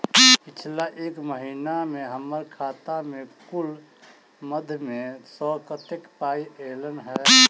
पिछला एक महीना मे हम्मर खाता मे कुन मध्यमे सऽ कत्तेक पाई ऐलई ह?